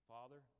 Father